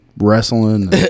Wrestling